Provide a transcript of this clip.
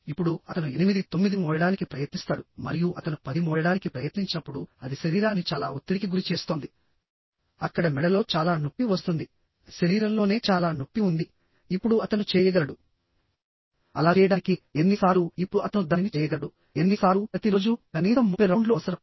ఇప్పుడు అతను 89 మోయడానికి ప్రయత్నిస్తాడు మరియు అతను 10 మోయడానికి ప్రయత్నించినప్పుడు అది శరీరాన్ని చాలా ఒత్తిడికి గురి చేస్తోందిఅక్కడ మెడలో చాలా నొప్పి వస్తుంది శరీరంలోనే చాలా నొప్పి ఉంది ఇప్పుడు అతను చేయగలడుఅలా చేయడానికి ఎన్ని సార్లు ఇప్పుడు అతను దానిని చేయగలడు ఎన్ని సార్లు ప్రతి రోజు కనీసం 30 రౌండ్లు అవసరం